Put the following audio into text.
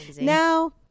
now